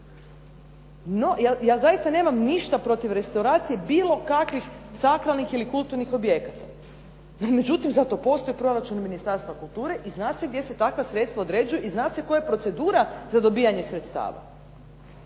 Ja zaista nemam ništa protiv restauracije bilo kakvih sakralnih ili kulturnih objekata. No međutim, zato postoji proračun Ministarstva kulture i zna se gdje se takva sredstva određuju i zna se koja je procedura za dobivanje sredstava.